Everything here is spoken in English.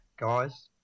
guys